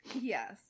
Yes